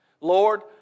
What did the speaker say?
Lord